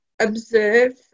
observe